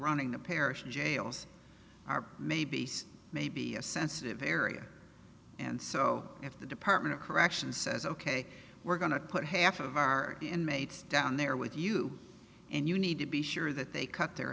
running the parish jails are maybe maybe a sensitive area and so if the department of corrections says ok we're going to put half of our inmates down there with you and you need to be sure that they cut their